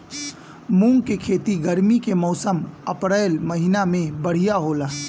मुंग के खेती गर्मी के मौसम अप्रैल महीना में बढ़ियां होला?